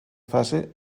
fase